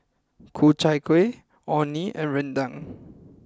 Ku Chai Kueh Orh Nee and Rendang